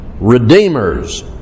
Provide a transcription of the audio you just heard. redeemers